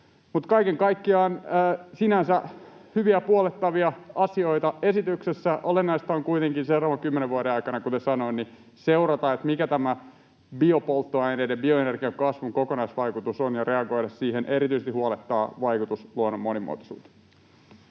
kaiken kaikkiaan sinänsä hyviä, puollettavia asioita on esityksessä. Olennaista on kuitenkin seurata seuraavan kymmenen vuoden aikana, kuten sanoin, mikä tämä biopolttoaineiden ja bioenergian kasvun kokonaisvaikutus on, ja reagoida siihen. Erityisesti huolettaa vaikutus luonnon monimuotoisuuteen.